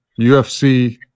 UFC